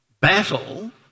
battle